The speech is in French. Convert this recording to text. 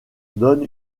donne